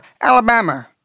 Alabama